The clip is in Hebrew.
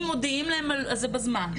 אם מודיעים להן על זה בזמן,